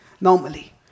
normally